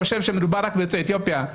חושב שמדובר רק ביוצאי אתיופיה,